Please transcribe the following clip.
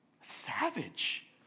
Savage